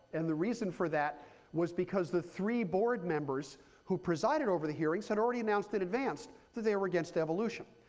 and the reason for that was because the three board members who presided over the hearings had already announced in advance that they were against evolution.